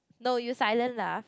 no you silent laugh